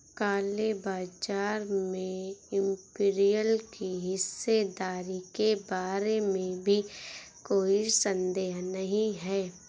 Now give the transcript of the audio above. काले बाजार में इंपीरियल की हिस्सेदारी के बारे में भी कोई संदेह नहीं है